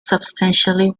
substantially